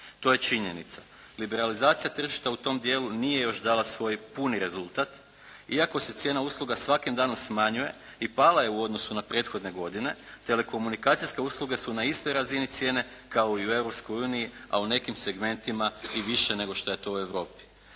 To je činjenica. Liberalizacija tržišta u tom dijelu nije još dala svoj puni rezultat iako se cijena usluga svakim danom smanjuje i pala je u odnosu na prethodne godine. Telekomunikacijske usluge su na istoj razini cijene kao i u Europskoj uniji, a u nekim segmentima i više nego što je to u Europi.